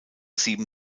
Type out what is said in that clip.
sieben